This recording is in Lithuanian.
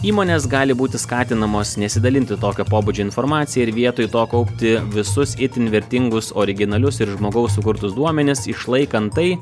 įmonės gali būti skatinamos nesidalinti tokio pobūdžio informacija ir vietoj to kaupti visus itin vertingus originalius ir žmogaus sukurtus duomenis išlaikant tai